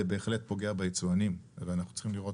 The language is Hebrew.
זה בהחלט פוגע ביצואנים ואנחנו צריכים לראות